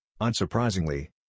unsurprisingly